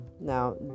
now